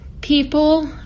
people